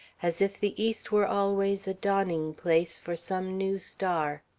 as if the east were always a dawning place for some new star.